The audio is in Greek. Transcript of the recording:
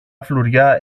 φλουριά